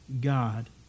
God